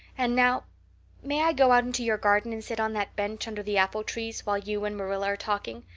and now may i go out into your garden and sit on that bench under the apple-trees while you and marilla are talking?